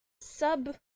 sub